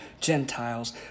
Gentiles